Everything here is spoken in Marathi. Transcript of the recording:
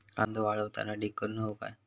कांदो वाळवताना ढीग करून हवो काय?